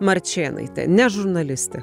marčėnaitė ne žurnalistė